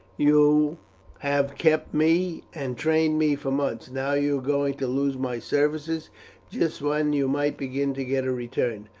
you have kept me and trained me for months. now you are going to lose my services just when you might begin to get a return.